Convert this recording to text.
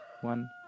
one